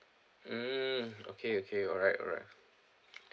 mm okay okay alright alright